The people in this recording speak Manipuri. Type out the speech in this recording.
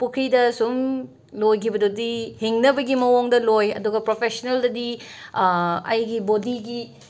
ꯄꯨꯈ꯭ꯔꯤꯗ ꯁꯨꯝ ꯂꯣꯢꯈꯤꯕꯗꯗꯤ ꯍꯤꯡꯅꯕꯒꯤ ꯃꯑꯣꯡꯗ ꯂꯣꯏ ꯑꯗꯨꯒ ꯄ꯭ꯔꯣꯐꯦꯁꯅꯦꯜꯗꯗꯤ ꯑꯩꯒꯤ ꯕꯣꯗꯤꯒꯤ ꯀꯩꯅꯣ